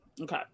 Okay